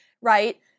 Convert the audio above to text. right